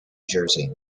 jersey